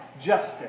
justice